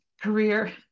career